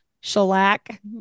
shellac